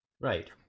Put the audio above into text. Right